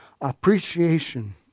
appreciation